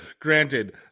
Granted